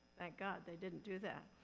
thank god they didn't do that.